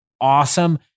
awesome